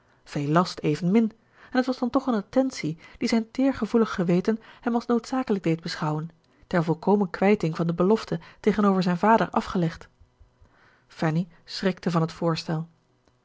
veel last evenmin en het was dan toch eene attentie die zijn teergevoelig geweten hem als noodzakelijk deed beschouwen ter volkomen kwijting van de belofte tegenover zijn vader afgelegd fanny schrikte van het voorstel